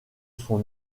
son